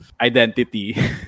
identity